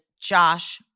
Josh